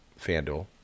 FanDuel